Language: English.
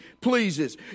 pleases